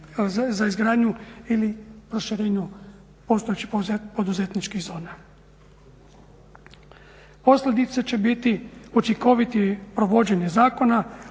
za izgradnju ili proširenju postojećih poduzetničkih zona. Posljedice će biti učinkoviti provođenje zakona,